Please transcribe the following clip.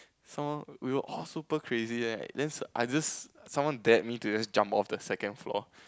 someone we were all super crazy right then I just someone dared me to just jump off the second floor